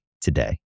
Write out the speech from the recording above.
today